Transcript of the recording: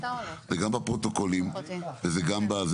זה גם בפרוטוקולים וזה גם זה.